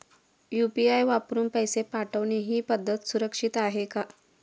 UPI वापरून पैसे पाठवणे ही पद्धत सुरक्षित आहे का?